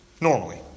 Normally